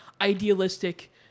idealistic